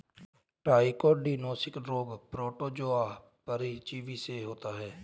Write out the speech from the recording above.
trichodinosis रोग protozoa परजीवी से होता है